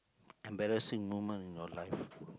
embarrassing moment in your life